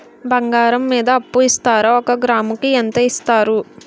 బంగారం మీద అప్పు ఇస్తారా? ఒక గ్రాము కి ఎంత ఇస్తారు?